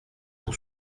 pour